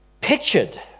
pictured